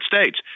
States